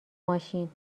ماشین